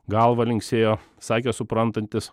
galva linksėjo sakė suprantantis